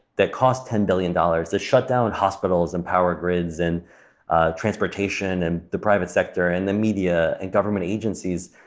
that cost ten billion dollars to shut down hospitals and power grids and ah transportation and the private sector and the media and government agencies.